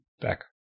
back